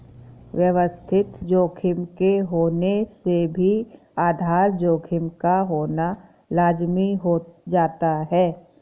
व्यवस्थित जोखिम के होने से भी आधार जोखिम का होना लाज़मी हो जाता है